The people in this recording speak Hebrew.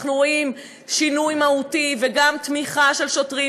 אנחנו רואים שינוי מהותי וגם תמיכה של שוטרים,